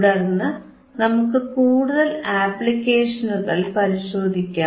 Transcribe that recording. തുടർന്ന് നമുക്ക് കൂടുതൽ ആപ്ലിക്കേഷനുകൾ പരിശോധിക്കാം